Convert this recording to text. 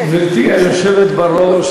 גברתי היושבת בראש,